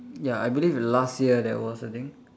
ya I believe last year there was I think